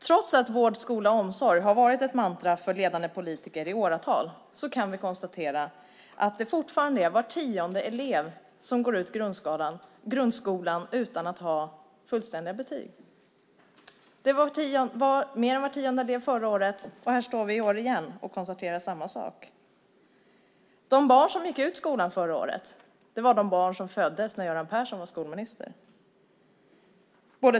Trots att vård, skola, omsorg har varit ett mantra för ledande politiker i åratal kan vi konstatera att var tionde elev fortfarande går ut grundskolan utan att ha fullständiga betyg. Det var mer än var tionde elev förra året, och här står vi i år igen och konstaterar samma sak. De barn som gick ut skolan förra året var de barn som föddes när Göran Persson var skolminister.